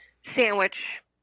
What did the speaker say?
sandwich